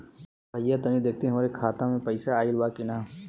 भईया तनि देखती हमरे खाता मे पैसा आईल बा की ना?